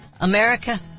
America